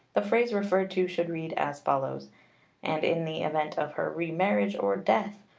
the phrase referred to should read as follows and in the event of her remarriage or death,